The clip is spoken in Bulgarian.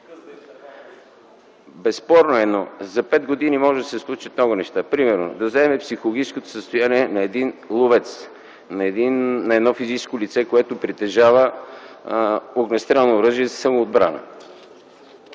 Безспорно, но за пет години могат да се случат много неща. Например да вземем психологическото състояние на един ловец, на физическо лице, което притежава огнестрелно оръжие за самоотбрана.